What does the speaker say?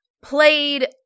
played